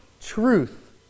truth